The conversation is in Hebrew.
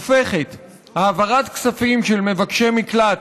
הופכת העברת כספים של מבקשי מקלט